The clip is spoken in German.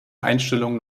einstellung